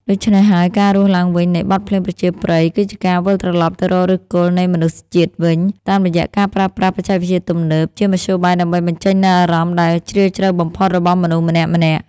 ដូច្នេះហើយ ការរស់ឡើងវិញនៃ បទភ្លេងប្រជាប្រិយ គឺជាការវិលត្រឡប់ទៅរកឫសគល់នៃមនុស្សជាតិវិញ តាមរយៈការប្រើប្រាស់បច្ចេកវិទ្យាទំនើបជាមធ្យោបាយដើម្បីបញ្ចេញនូវអារម្មណ៍ដែលជ្រាលជ្រៅបំផុតរបស់មនុស្សម្នាក់ៗ។